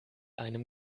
einem